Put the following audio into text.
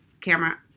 camera